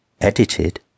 Edited